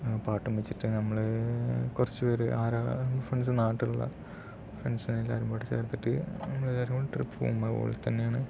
പാട്ടും വെച്ചിട്ട് നമ്മൾ കുറച്ച് പേർ ആരാ ഫ്രണ്ട്സ് നാട്ടിലുള്ള ഫ്രണ്ട്സിനെ എല്ലാവരെയും പിടിച്ച് നിർത്തിയിട്ട് നമ്മൾ എല്ലാവരും കൂടി ട്രിപ്പ് പോകും അതുപോലെ തന്നെയാണ്